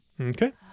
Okay